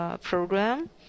program